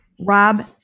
Rob